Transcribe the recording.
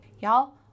Y'all